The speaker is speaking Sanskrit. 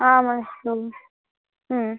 आम् अस्तु ह्म्